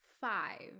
five